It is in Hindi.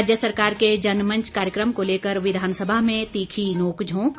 राज्य सरकार के जनमंच कार्यक्रम को लेकर विधानसभा में तीखी नोकझोंक